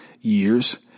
years